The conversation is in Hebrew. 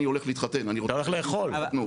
אני יכול לשאול שאלה ארגונית?